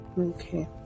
Okay